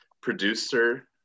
Producer